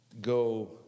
go